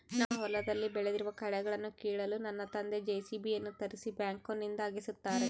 ನಮ್ಮ ಹೊಲದಲ್ಲಿ ಬೆಳೆದಿರುವ ಕಳೆಗಳನ್ನುಕೀಳಲು ನನ್ನ ತಂದೆ ಜೆ.ಸಿ.ಬಿ ಯನ್ನು ತರಿಸಿ ಬ್ಯಾಕ್ಹೋನಿಂದ ಅಗೆಸುತ್ತಾರೆ